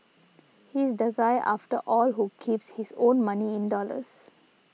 he is the guy after all who keeps his own money in dollars